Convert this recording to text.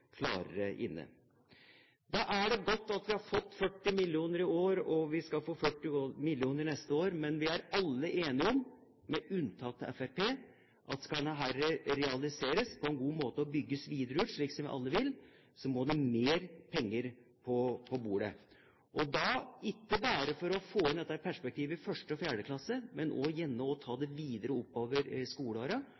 klarere inn. Da er det godt at vi har fått 40 mill. kr i år, og at vi skal få 40 mill. kr neste år, men vi er alle enige om – med unntak av Fremskrittspartiet – at hvis dette skal realiseres på en god måte og bygges videre ut, slik vi alle vil, så må det mer penger på bordet, slik at en ikke bare får inn dette perspektivet i 1.–4. klasse, men gjerne også tar det videre oppover i skoleårene. Og én måte å ta